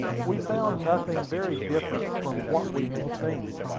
we found nothing very different from what we had seen.